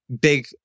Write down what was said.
big